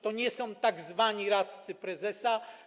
To nie są tzw. radcy prezesa.